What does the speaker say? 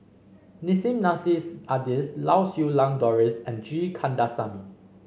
Nissim Nassim Adis Lau Siew Lang Doris and G Kandasamy